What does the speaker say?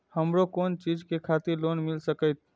हमरो कोन चीज के खातिर लोन मिल संकेत?